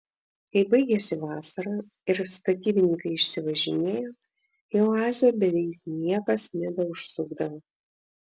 kai baigėsi vasara ir statybininkai išsivažinėjo į oazę beveik niekas nebeužsukdavo